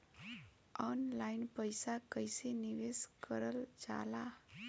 Online पईसा कईसे निवेश करल जाला?